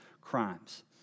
crimes